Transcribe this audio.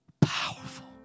Powerful